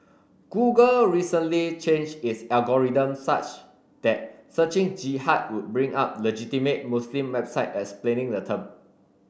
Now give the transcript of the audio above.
Google recently changed its algorithm such that searching Jihad would bring up legitimate Muslim website explaining the term